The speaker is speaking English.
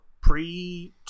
pre